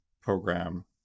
program